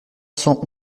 cent